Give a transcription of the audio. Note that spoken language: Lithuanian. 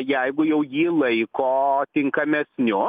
jeigu jau jį laiko tinkamesniu